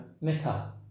Meta